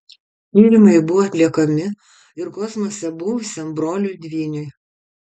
tyrimai buvo atliekami ir kosmose buvusiam broliui dvyniui